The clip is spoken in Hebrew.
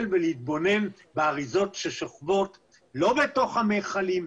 ולהתבונן באריזות ששוכבות לא בתוך המכלים,